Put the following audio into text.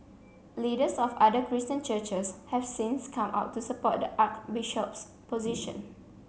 leaders of other Christian churches have since come out to support the archbishop's position